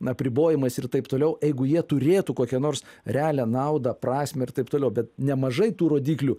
apribojimais ir taip toliau eigu jie turėtų kokią nors realią naudą prasmę ir taip toliau bet nemažai tų rodiklių